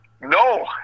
No